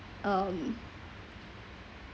um